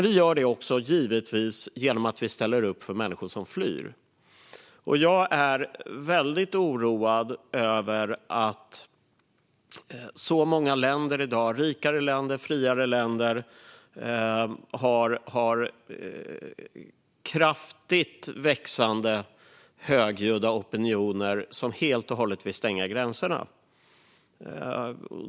Vi gör det givetvis även genom att vi ställer upp för människor som flyr. Jag är väldigt oroad över att så många länder i dag - rikare och friare länder - har kraftigt växande och högljudda opinioner som helt och hållet vill stänga gränserna.